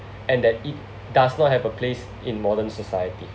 and that it does not have a place in modern society